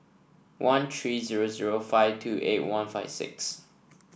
one three zero zero five two eight one five six